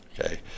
okay